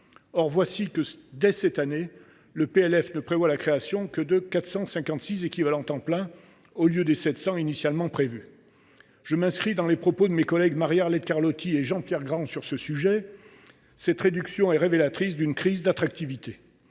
Or voilà que, dès cette année, le PLF prévoit la création de 456 ETP seulement, au lieu des 700 ETP initialement prévus. Je m’inscris à la suite des propos de mes collègues Marie Arlette Carlotti et Jean Pierre Grand à ce sujet. Cette réduction est révélatrice d’une crise d’attractivité